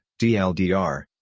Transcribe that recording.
DLDR